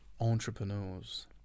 entrepreneurs